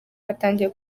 batangiye